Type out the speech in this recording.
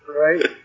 right